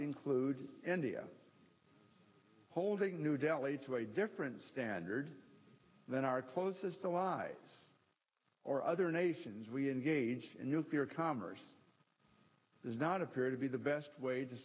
include india holding new delhi to a different standard than our closest allies or other nations we engage in nuclear commerce does not appear to be the best way to